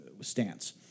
stance